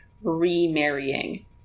remarrying